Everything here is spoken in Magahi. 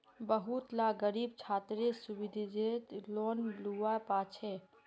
बहुत ला ग़रीब छात्रे सुब्सिदिज़ेद लोन लुआ पाछे